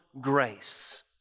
grace